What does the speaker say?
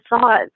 thought